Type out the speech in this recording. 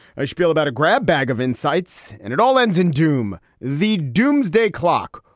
i shpiel about a grab bag of insights and it all ends in doom. the doomsday clock?